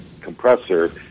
compressor